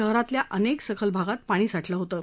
शहरातल्या अनेक सखल भागात पाणी साठलं होतं